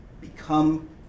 become